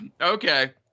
okay